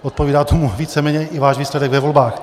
Odpovídá tomu víceméně i váš výsledek ve volbách.